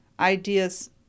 ideas